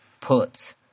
put